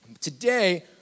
Today